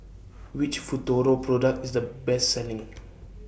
Which Futuro Product IS The Best Selling